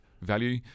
value